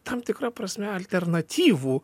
tam tikra prasme alternatyvų